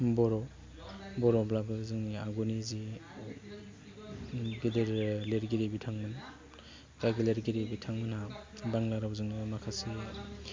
बर' बर'ब्लाबो जोंनि आगुनि जि गेदेर लिरगिरि बिथांमोन बा लिरगिरि बिथांमोनहा बांग्ला रावजोंनो माखासे